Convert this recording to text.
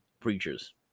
preachers